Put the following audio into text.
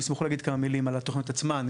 הם ישמחו להגיד כמה מילים על התוכנית עצמה.